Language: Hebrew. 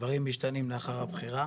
דברים משתנים לאחר הבחירה.